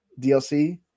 DLC